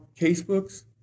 casebooks